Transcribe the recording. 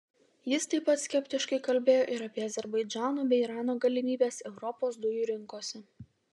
jis taip pat skeptiškai kalbėjo ir apie azerbaidžano bei irano galimybes europos dujų rinkose